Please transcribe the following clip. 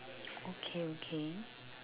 okay okay